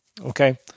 okay